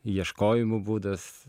ieškojimo būdas